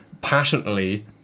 passionately